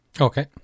Okay